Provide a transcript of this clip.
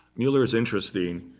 muller is interesting.